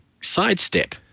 sidestep